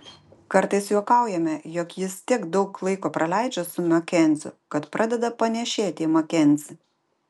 kartais juokaujame jog jis tiek daug laiko praleidžia su makenziu kad pradeda panėšėti į makenzį